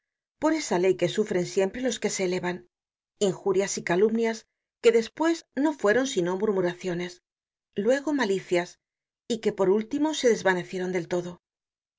por esa ley que sufren siempre los que se elevan injurias y calumnias que despues no fueron sino murmuraciones luego malicias y que por último se desvanecieron del todo